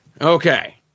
Okay